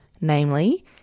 Namely